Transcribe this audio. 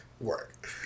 work